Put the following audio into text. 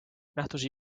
nähtus